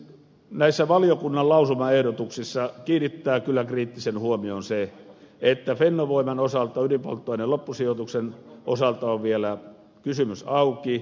näissä valiokunnan lausumaehdotuksissa kiinnittää kyllä kriittistä huomiota siihen että fennovoiman osalta ydinpolttoaineen loppusijoituksen osalta on vielä kysymys auki